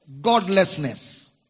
godlessness